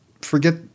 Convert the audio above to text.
forget